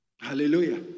Hallelujah